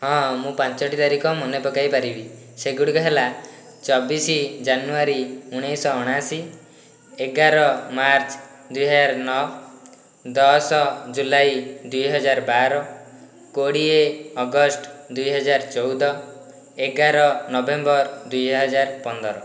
ହଁ ମୁଁ ପାଞ୍ଚୋଟି ତାରିଖ ମାନେପକେଇପାରିବି ସେଗୁଡ଼ିକ ହେଲା ଚବିଶ ଜାନୁୟାରୀ ଉଣେଇଶହ ଅଣାଅଶୀ ଏଗାର ମାର୍ଚ୍ଚ ଦୁଇହଜାର ନଅ ଦଶ ଜୁଲାଇ ଦୁଇହଜାର ବାର କୋଡ଼ିଏ ଅଗଷ୍ଟ ଦୁଇହଜାର ଚଉଦ ଏଗାର ନଭେମ୍ବର ଦୁଇହଜାର ପନ୍ଦର